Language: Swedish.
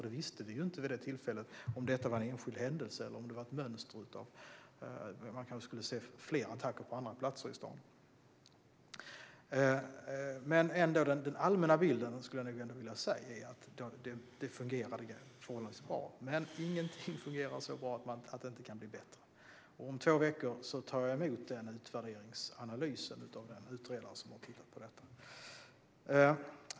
Vi visste ju inte vid det tillfället om det var en enskild händelse eller om det skulle bli fler attacker på andra platser i staden. Men den allmänna bilden är att det fungerar förhållandevis bra. Men ingenting fungerar så bra att det inte kan bli bättre. Om två veckor tar jag emot en utvärderingsanalys av den utredare som har tittat på detta.